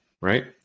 right